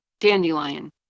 dandelion